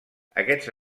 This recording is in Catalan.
aquests